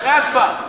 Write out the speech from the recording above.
אחרי ההצבעה.